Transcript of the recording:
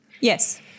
Yes